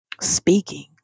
speaking